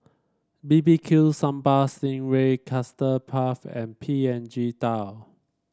B B Q Sambal Sting Ray Custard Puff and Png Tao